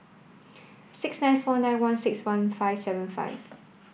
six nine four nine one six one five seven five